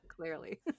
Clearly